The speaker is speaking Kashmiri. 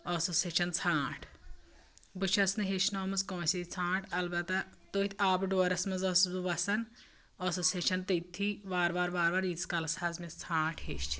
ٲسٕس ہیچھان ژھانٹ بہٕ چھِس نہٕ ہیچھنٲمٕژ کٲنسی ژھانٹ البتہ تٔتھۍ آبہٕ ڈورَس منٛز ٲسٕس بہٕ وَسان ٲسٕس ہیچھان تٔتھی وارٕوارٕ وارٕ وارٕ ییٖتِس کالَس حظ مےٚ ژھانٹ ہیچھۍ